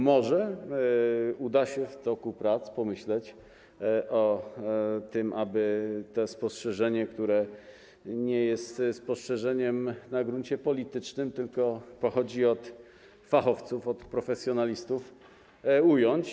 Może uda się w toku prac pomyśleć o tym, aby to spostrzeżenie, które nie jest spostrzeżeniem o charakterze politycznym, tylko pochodzi od fachowców, od profesjonalistów, w projekcie ująć.